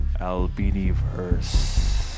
Albiniverse